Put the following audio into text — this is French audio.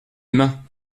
humain